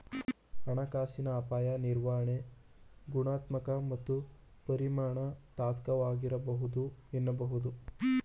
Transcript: ಹಣಕಾಸಿನ ಅಪಾಯ ನಿರ್ವಹಣೆ ಗುಣಾತ್ಮಕ ಮತ್ತು ಪರಿಮಾಣಾತ್ಮಕವಾಗಿರಬಹುದು ಎನ್ನಬಹುದು